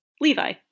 Levi